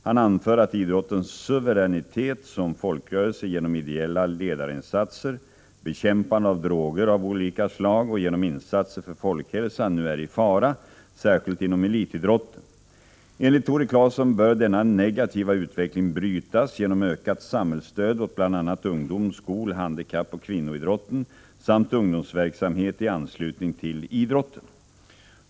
Han anför att idrottens suveränitet som folkrörelse genom ideella ledarinsatser, bekämpande av droger av olika slag och genom insatser för folkhälsan nu är i fara, särskilt inom elitidrotten. Enligt Tore Claeson bör denna negativa utveckling brytas genom ökat samhällsstöd åt bl.a. ungdoms-, skol-, handikappoch kvinnoidrotten samt ungdomsverksamhet i anslutning till idrotten.